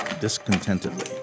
discontentedly